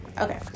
Okay